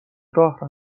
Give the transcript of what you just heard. راه